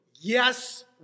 yes